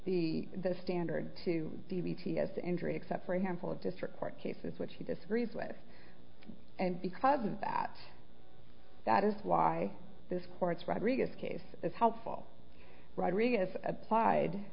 the the standard to the b p s injury except for a handful of district court cases which he disagrees with and because of that that is why this court's rodriguez case is helpful rodriguez applied